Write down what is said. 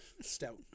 Stout